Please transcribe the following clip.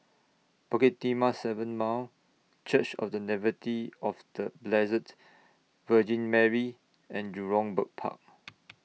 Bukit Timah seven Mile Church of The Nativity of The Blessed Virgin Mary and Jurong Bird Park